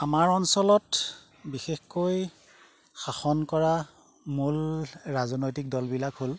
আমাৰ অঞ্চলত বিশেষকৈ শাসন কৰা মূল ৰাজনৈতিক দলবিলাক হ'ল